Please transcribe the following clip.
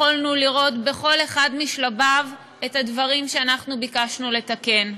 יכולנו לראות בכל אחד משלביו את הדברים שאנחנו ביקשנו לתקן.